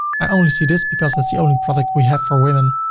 i only see this because that's the only product we have for women.